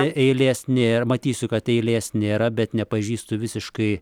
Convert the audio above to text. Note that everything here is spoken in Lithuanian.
eilės nėr matysiu kad eilės nėra bet nepažįstu visiškai